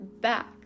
back